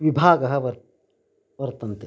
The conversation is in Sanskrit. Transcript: विभागः वर् वर्तन्ते